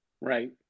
Right